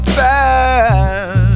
bad